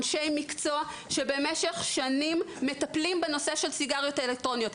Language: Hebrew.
אנשי מקצוע שבמשך שנים מטפלים בנושא של סיגריות אלקטרוניות.